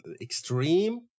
extreme